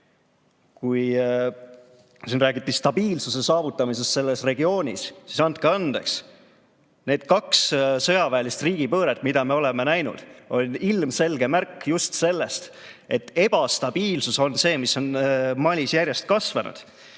Kui siin räägiti stabiilsuse saavutamisest selles regioonis, siis andke andeks, need kaks sõjaväelist riigipööret, mida me oleme näinud, on ilmselge märk just sellest, et ebastabiilsus on see, mis on Malis järjest kasvanud.